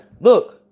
Look